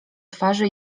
twarzy